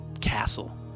castle